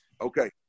Okay